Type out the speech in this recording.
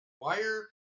Wire